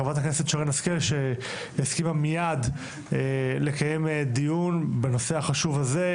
חברת הכנסת שרן השכל שהסכימה מיד לקיים דיון בנושא החשוב הזה,